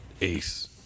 Ace